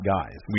Guys